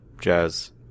jazz